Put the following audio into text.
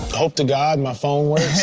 hope to god my phone